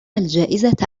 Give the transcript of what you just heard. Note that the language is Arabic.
الجائزة